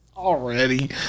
Already